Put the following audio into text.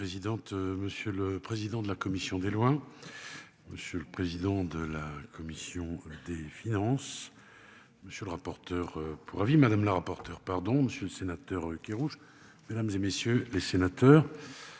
monsieur le président de la commission des lois. Monsieur le président de la commission des finances. Monsieur le rapporteur pour avis madame la rapporteure pardon monsieur sénateur qui rouge mesdames et messieurs les sénateurs.